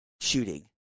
shooting